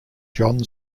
john